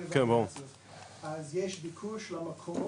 אז יש ביקוש למקור,